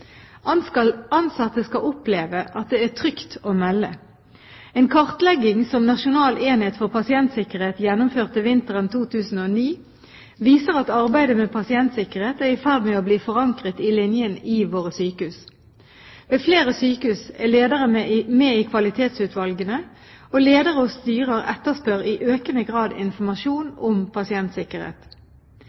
Ansatte skal oppleve at det er trygt å melde. En kartlegging som Nasjonal enhet for pasientsikkerhet gjennomførte vinteren 2009, viser at arbeidet med pasientsikkerhet er i ferd med å bli forankret i linjen i våre sykehus. Ved flere sykehus er ledere med i kvalitetsutvalgene, og ledere og styrer etterspør i økende grad informasjon om pasientsikkerhet.